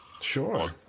Sure